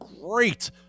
Great